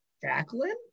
Jacqueline